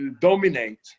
dominate